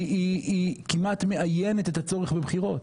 היא כמעט מאיינת את הצורך בבחירות,